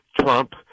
trump